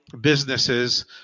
businesses